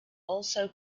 also